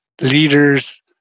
leaders